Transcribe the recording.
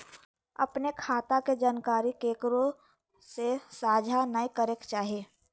अपने खता के जानकारी केकरो से साझा नयय करे के चाही